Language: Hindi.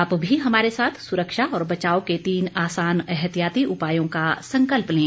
आप भी हमारे साथ सुरक्षा और बचाव के तीन आसान एहतियाती उपायों का संकल्प लें